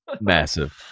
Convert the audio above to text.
Massive